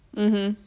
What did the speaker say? mmhmm